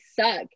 suck